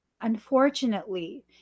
Unfortunately